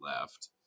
left